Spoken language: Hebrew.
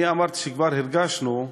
אני אמרתי שכבר הרגשנו,